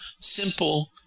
simple